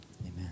Amen